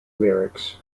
lyrics